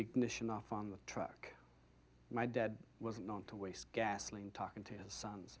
ignition off on the truck my dad was known to waste gasoline talking to his sons